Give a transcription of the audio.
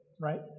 right